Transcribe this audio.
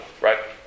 right